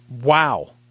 Wow